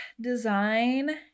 design